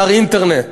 אתר אינטרנט.